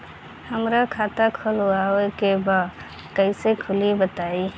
हमरा खाता खोलवावे के बा कइसे खुली बताईं?